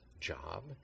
job